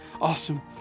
Awesome